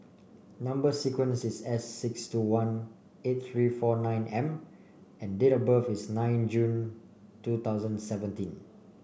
number sequence is S six two one eight three four nine M and date of birth is nine June two thousand seventeen